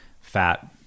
fat